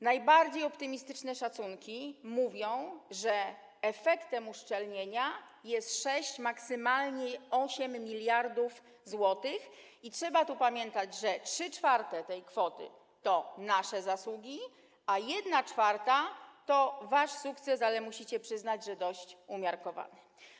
Najbardziej optymistyczne szacunki mówią, że efektem uszczelnienia jest 6, maksymalnie 8 mld zł, i trzeba tu pamiętać, że 3/4 tej kwoty to nasze zasługi, a 1/4 to wasz sukces, ale musicie przyznać, że dość umiarkowany.